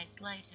later